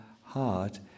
heart